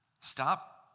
Stop